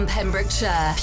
Pembrokeshire